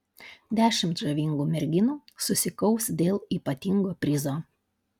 dešimt žavingų merginų susikaus dėl ypatingo prizo